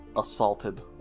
assaulted